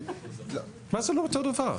זה לא אותו דבר.